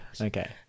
Okay